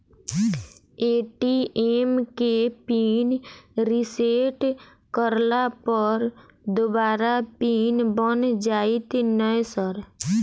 ATM केँ PIN reset करला पर दोबारा पिन बन जाइत नै सर?